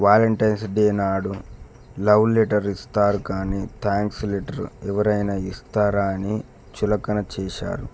Valentine's day నాడు love letter ఇస్తారు కానీ థ్యాంక్స్ లెటర్ ఎవరైనా ఇస్తారా అని చులకన చేసారు